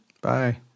Bye